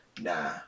nah